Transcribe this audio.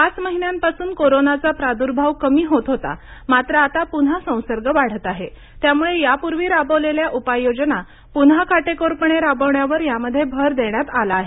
parch महिन्यांपासून कोरोनाचा प्रादुर्भाव कमी होत होता मात्र आता पुन्हा संसर्ग वाढत आहे त्यामुळे यापूर्वी राबवलेल्या उपाययोजना पुन्हा काटेकोरपणे राबवण्यावर यामध्ये भर देण्यात आला आहे